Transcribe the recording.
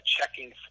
checking